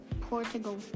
portugal